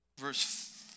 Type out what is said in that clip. verse